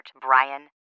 Brian